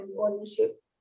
ownership